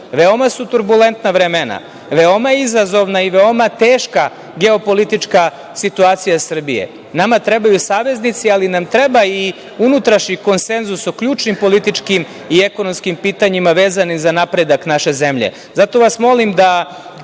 su turbulentna ova vremena, veoma je izazovna i veoma teška geo-politička situacija Srbije. Nama trebaju saveznici, ali nam treba i unutrašnji konsenzus o ključnim političkim i ekonomskim pitanjima, vezanih za napredak naše zemlje. Zato